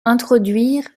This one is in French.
introduire